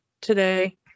today